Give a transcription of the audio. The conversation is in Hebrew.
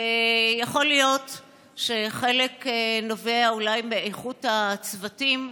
יכול להיות שחלק נובע אולי מאיכות הצוותים,